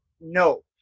No